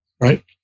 right